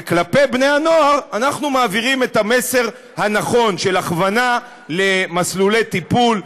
ולבני-הנוער אנחנו מעבירים את המסר הנכון של הכוונה למסלולי טיפול,